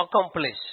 accomplish